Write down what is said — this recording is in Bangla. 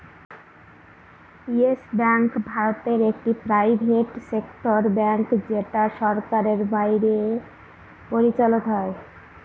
ইয়েস ব্যাঙ্ক ভারতে একটি প্রাইভেট সেক্টর ব্যাঙ্ক যেটা সরকারের বাইরে পরিচালত হয়